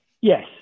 yes